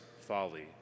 folly